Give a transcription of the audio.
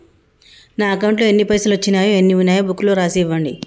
నా అకౌంట్లో ఎన్ని పైసలు వచ్చినాయో ఎన్ని ఉన్నాయో బుక్ లో రాసి ఇవ్వండి?